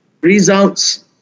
results